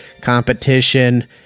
competition